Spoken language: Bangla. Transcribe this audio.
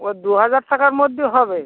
ও দু হাজার টাকার মধ্যে হবে